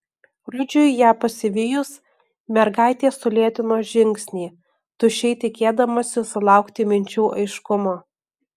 rudžiui ją pasivijus mergaitė sulėtino žingsnį tuščiai tikėdamasi sulaukti minčių aiškumo